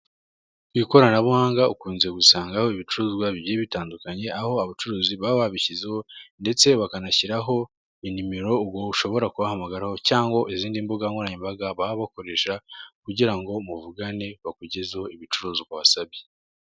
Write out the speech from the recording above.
Ku ikoranabuhanga ukunze gusangaho ibicuruzwa bigiye bitandukanye aho abo bacuruzi baba babishyizeho ndetse bakanashyiraho inimero ubwo ushobora kuba wabahamagaraho cyangwa izindi mbugankoranyambaga baba bakoresha kugira ngo muvugane bakugezeho ibicuruzwa wasabye.